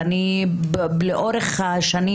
ואני לאורך השנים,